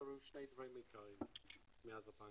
קרו שני דברים עיקריים מאז 2013: